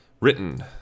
written